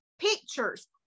pictures